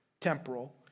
temporal